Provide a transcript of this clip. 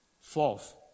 Fourth